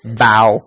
bow